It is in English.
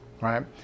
right